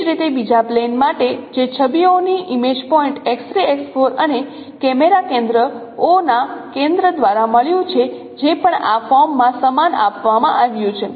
એ જ રીતે બીજા પ્લેન માટે જે છબીઓની ઇમેજ પોઇન્ટ અને કેમેરા કેન્દ્ર O ના કેન્દ્ર દ્વારા મળ્યું છે જે પણ આ ફોર્મમાં સમાન આપવામાં આવ્યું છે